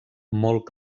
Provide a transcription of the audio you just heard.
molt